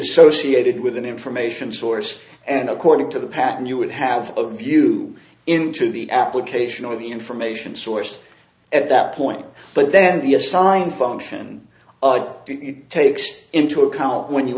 associated with an information source and according to the pattern you would have a view into the application or the information source at that point but then the assigned function takes into account when you